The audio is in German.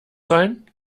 sein